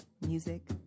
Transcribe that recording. music